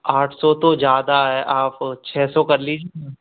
आठ सौ तो ज़्यादा है आप छः सौ कर लीजिए ना